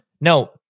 No